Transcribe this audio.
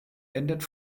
endet